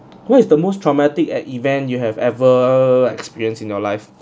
what is the most traumatic an event you have ever experienced in your life